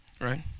Right